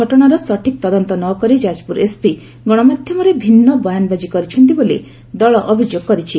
ଘଟଶାର ସଠିକ୍ ତଦନ୍ତ ନକରି ଯାଜପୁର ଏସ୍ପି ଗଣମାଧ୍ଘମରେ ଭିନ୍ନ ବୟାନବାଜି କରିଛନ୍ତି ବୋଲି ଦଳ ଅଭିଯୋଗ କରିଛି